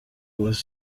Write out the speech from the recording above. was